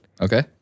Okay